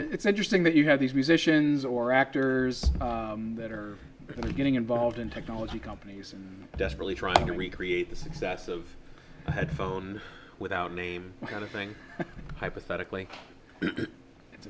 it's interesting that you have these musicians or actors that are getting involved in technology companies and desperately trying to recreate the success of that phone without name kind of thing hypothetically it's